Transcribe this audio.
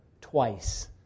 twice